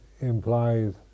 implies